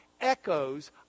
echoes